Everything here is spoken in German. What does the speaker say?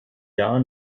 jahr